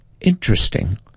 interesting